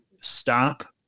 Stop